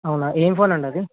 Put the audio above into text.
అవునా ఏం ఫోన్ అండి అది